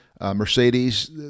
mercedes